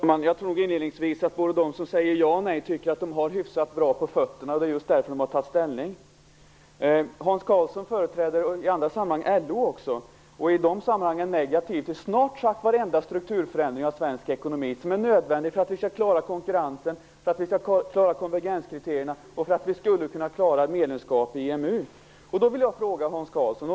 Herr talman! Inledningsvis tror jag att både de som säger ja och de som säger nej tycker att de har hyfsat bra på fötterna. Det är just därför de har tagit ställning. Hans Karlsson företräder i andra sammanhang också LO. I de sammanhangen är han negativ till snart sagt varenda strukturförändring av svensk ekonomi som är nödvändig för att vi skall klara konkurrensen och konvergenskriterierna, och för att vi skulle kunna klara ett medlemskap i EMU. Då vill jag ställa en fråga till Hans Karlsson.